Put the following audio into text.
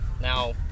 Now